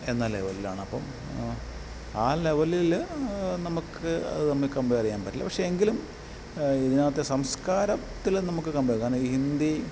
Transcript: എന്ന ലെവൽലാണ് അപ്പം ആ ലെവലിൽ നമുക്ക് അത് തമ്മിൽ കംപേർ ചെയ്യാൻ പറ്റില്ല പക്ഷേ എങ്കിലും ഇതിനകത്തെ സംസ്കാരത്തിൽ നമുക്ക് കംപേർ ചെയ്യാം കാരണം ഇ ഹിന്ദീ